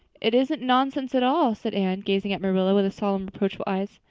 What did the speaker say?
it isn't nonsense at all, said anne, gazing at marilla with solemn, reproachful eyes.